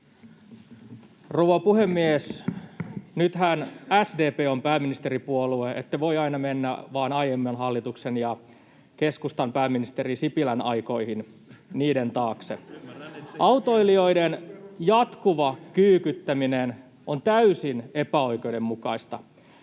Rouva puhemies! Nythän SDP on pääministeripuolue. Ette voi mennä aina vaan aiemman hallituksen ja keskustan pääministeri Sipilän aikoihin, niiden taakse. Autoilijoiden jatkuva kyykyttäminen on täysin epäoikeudenmukaista.